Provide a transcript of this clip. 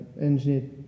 Engineer